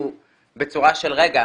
בצורה של רגע,